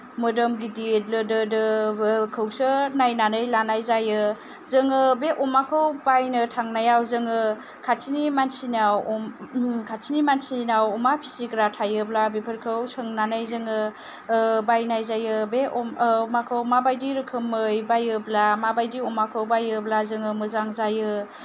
मोदोम गिदिर लोदोदोखौसो नायनानै लानाय जायो जोङो बे अमाखौ बायनो थांनायाव जोङो खाथिनि मानसिनियाव खाथिनि मानसिनाव अमा फिसिग्रा थायोब्ला बेफोरखौ सोंनानै जोङो बायनाय जायो बे अमाखौ माबायदि रोखोमै बायोब्ला माबायदि अमाखौ बायोब्ला जोङो मोजां जायो